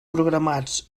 programats